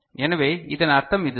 எனவே இதன் அர்த்தம் இதுதான்